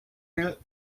will